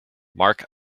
mark